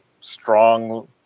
strong